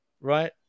right